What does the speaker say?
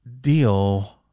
deal